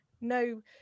no